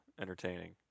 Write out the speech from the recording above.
entertaining